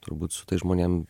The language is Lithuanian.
turbūt su tais žmonėm